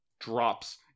drops